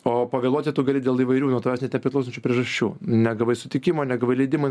o pagalvoti tu gali dėl įvairių nuo tavęs net nepriklausančių priežasčių negavai sutikimo negavai leidimo